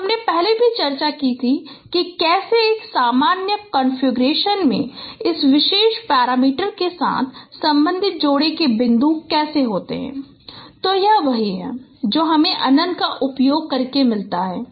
और हमने पहले भी चर्चा की थी कि कैसे एक सामान्य कॉन्फ़िगरेशन में इस विशेष पैरामीटर के साथ संबंधित जोड़े के बिंदु कैसे हैं तो यह वही है जो हमें अनंत का उपयोग करके मिलता है